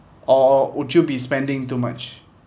or would you be spending too much